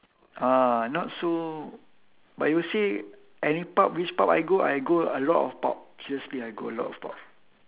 ah not so but you say any pub which pub I go I go a lot of pub seriously I go a lot of pub